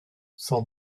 sans